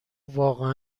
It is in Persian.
واقعا